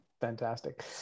fantastic